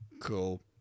cool